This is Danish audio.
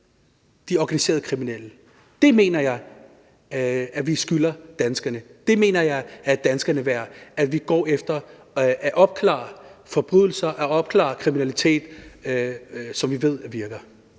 de organiserede kriminelle. Det mener jeg at vi skylder danskerne. Det mener jeg at danskerne er værd, altså at vi går efter at opklare forbrydelser og opklare kriminalitet med noget, som vi ved virker.